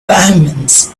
omens